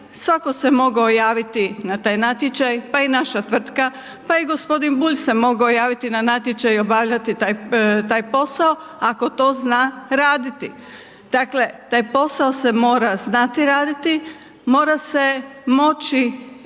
svatko se mogao javiti na taj natječaj, pa i naša tvrtka, pa i gospodin Bulj se mogao javiti na natječaj i obavljati taj posao ako to zna raditi. Dakle taj posao se mora znati raditi, mora se moći